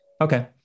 Okay